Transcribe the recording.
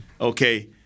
Okay